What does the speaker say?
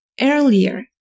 earlier